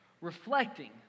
reflecting